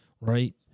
Right